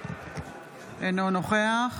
אינו נוכח